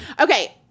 Okay